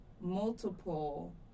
multiple